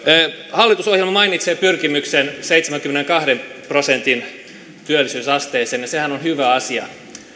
hallitusohjelma mainitsee pyrkimyksen seitsemänkymmenenkahden prosentin työllisyysasteeseen ja sehän on hyvä asia